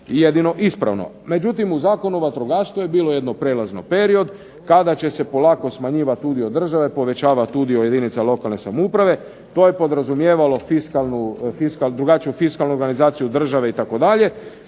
i jedino ispravno. Međutim, u Zakonu o vatrogastvu je bio jedan prijelazni period kada će se smanjivati polako udio države, povećavati udio jedinica lokalne samouprave. To je razumijevalo drugačiju fiskalnu organizaciju države itd.,